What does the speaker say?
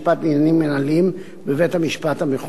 בעניינים מינהליים בבית-המשפט המחוזי.